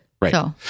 right